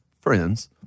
friends